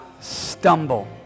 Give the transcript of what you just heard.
stumble